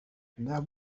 there